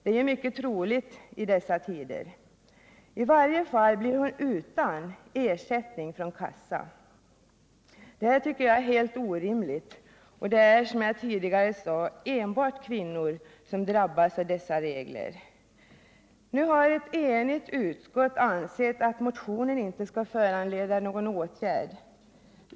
Det är ju mycket troligt i dessa tider. I varje fall blir hon utan ersättning från kassa. Det här tycker jag är helt orimligt, och det är, som jag tidigare sade, enbart kvinnor som drabbas av dessa regler. Nu har ett enigt utskott ansett att motionen inte skall föranleda någon åtgärd.